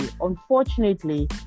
Unfortunately